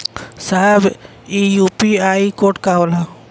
साहब इ UPI code का होला?